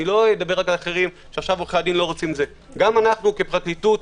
גם אנו כפרקליטות,